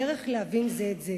הדרך להבין זה את זה.